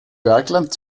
bergland